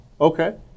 Okay